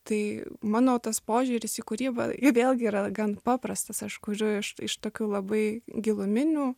tai mano tas požiūris į kūrybą vėlgi yra gan paprastas aš kuriu iš iš tokių labai giluminių